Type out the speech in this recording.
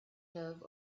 love